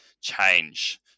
change